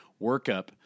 workup